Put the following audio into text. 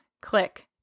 click